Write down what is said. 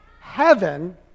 heaven